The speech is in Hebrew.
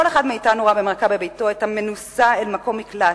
כל אחד מאתנו ראה על המרקע בביתו את המנוסה אל מקום מקלט,